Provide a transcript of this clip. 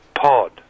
Pod